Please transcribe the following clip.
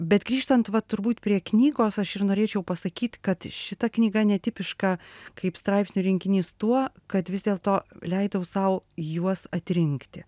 bet grįžtant vat turbūt prie knygos aš ir norėčiau pasakyt kad šita knyga netipiška kaip straipsnių rinkinys tuo kad vis dėlto leidau sau juos atrinkti